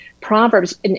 Proverbs